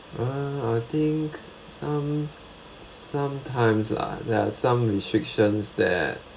uh I think some sometimes lah there are some restrictions that